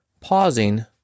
pausing